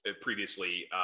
previously